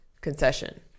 concession